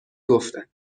گفتن